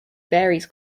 varies